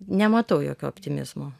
nematau jokio optimizmo